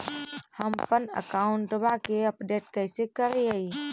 हमपन अकाउंट वा के अपडेट कैसै करिअई?